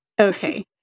Okay